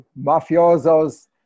mafiosos